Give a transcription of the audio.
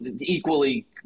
equally